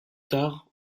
tard